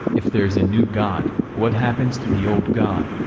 if there's a new god, what happens to the old god?